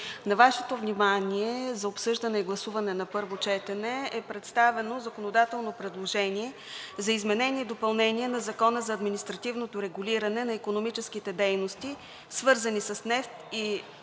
на Вашето внимание за обсъждане и гласуване на първо четене е представено законодателно предложение за изменение и допълнение на Закона за административното регулиране на икономическите дейности, свързани с нефт и продукти от